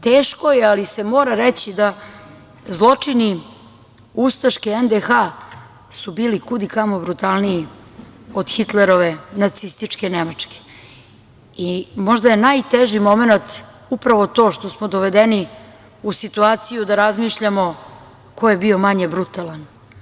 Teško je, ali se mora reći da zločini ustaške NDH su bili kud i kamo brutalniji od Hitlerove Nacističke Nemačke i možda je najteži momenat upravo to što smo dovedeni u situaciju da razmišljamo ko je bio manje brutalan.